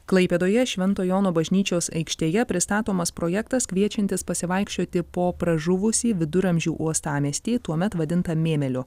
klaipėdoje švento jono bažnyčios aikštėje pristatomas projektas kviečiantis pasivaikščioti po pražuvusį viduramžių uostamiestį tuomet vadintą mėmėliu